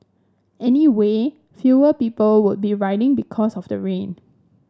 anyway fewer people would be riding because of the rain